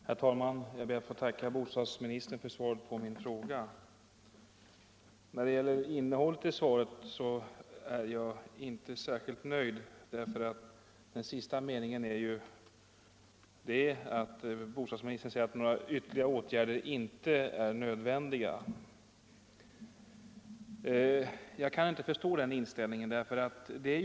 Herr talman! Jag ber att få tacka bostadsministern för svaret på min fråga, men när det gäller innehållet är jag inte särskilt nöjd. I den sista meningen sade bostadsministern att några ytterligare åtgärder inte är nödvändiga, och jag kan inte förstå den inställningen.